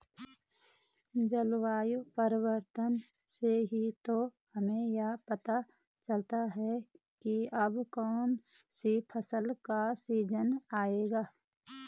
जलवायु परिवर्तन से ही तो हमें यह पता चलता है की अब कौन सी फसल का सीजन आयेगा